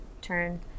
turn